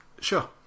sure